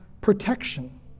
protection